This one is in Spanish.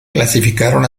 clasificaron